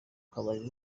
kabari